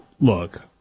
look